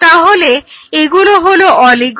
তাহলে এগুলো হলো অলিগো